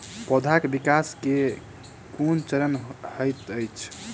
पौधाक विकास केँ केँ कुन चरण हएत अछि?